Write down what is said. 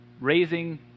Raising